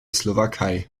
slowakei